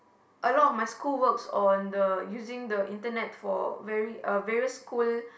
a lot of my school works on the using the internet for very uh various school